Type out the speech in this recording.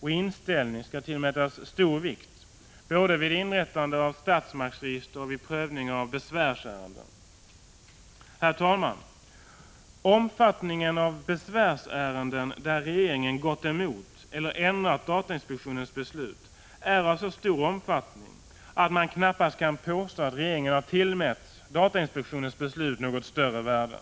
och inställning skall tillmätas stor vikt, både vid inrättande av statsmaktsregister och vid prövning av besvärsärenden. Herr talman! Antalet besvärsärenden där regeringen gått emot eller ändrat datainspektionens beslut är så stort att man knappast kan påstå att regeringen har tillmätt datainspektionens beslut något större värde.